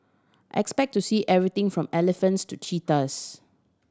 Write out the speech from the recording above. expect to see everything from elephants to cheetahs